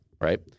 Right